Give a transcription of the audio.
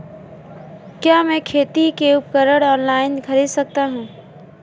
क्या मैं खेती के उपकरण ऑनलाइन खरीद सकता हूँ?